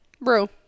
bro